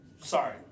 Sorry